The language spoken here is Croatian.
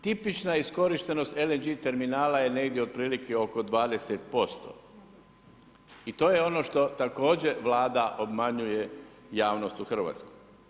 Tipična iskorištenost LNG terminala je negdje otprilike oko 20% i to je ono što također Vlada obmanjuje javnost u Hrvatskoj.